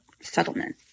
settlement